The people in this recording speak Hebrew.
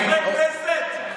כולל חבר כנסת שחבר ברשימה המשותפת,